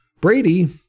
Brady